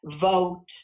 vote